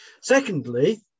Secondly